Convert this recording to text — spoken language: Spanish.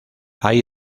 hay